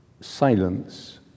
silence